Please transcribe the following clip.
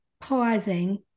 pausing